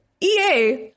EA